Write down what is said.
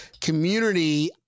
community